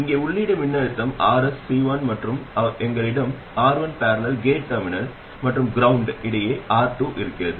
இங்கே உள்ளீட்டு மின்னழுத்தம் Rs சி1 மற்றும் எங்களிடம் ஆர்1 || கேட் டெர்மினல் மற்றும் கிரவுண்ட் இடையே R 2